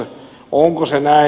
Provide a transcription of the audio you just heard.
onko se näin